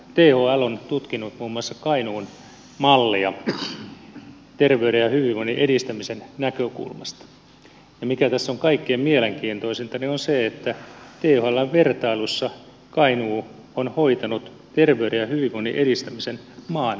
thl on tutkinut muun muassa kainuun mallia terveyden ja hyvinvoinnin edistämisen näkökulmasta ja mikä tässä on kaikkein mielenkiintoisinta on se että thln vertailussa kainuu on hoitanut terveyden ja hyvinvoinnin edistämisen maan parhaiten